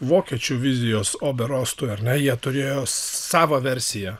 vokiečių vizijos ober ostui jie turėjo savą versiją